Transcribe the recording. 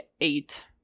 eight